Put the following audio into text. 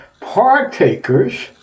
partakers